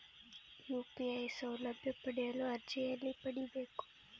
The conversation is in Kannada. ಯು.ಪಿ.ಐ ಸೌಲಭ್ಯ ಪಡೆಯಲು ಅರ್ಜಿ ಎಲ್ಲಿ ಪಡಿಬೇಕು?